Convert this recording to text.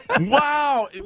Wow